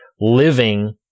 living